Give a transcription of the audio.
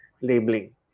labeling